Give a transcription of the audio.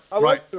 Right